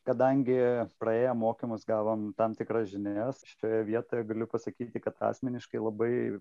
kadangi praėję mokymus gavom tam tikras žinias šioje vietoje galiu pasakyti kad asmeniškai labai